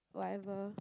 whatever